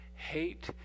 hate